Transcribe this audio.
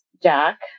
Jack